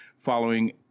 Following